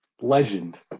Legend